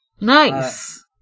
Nice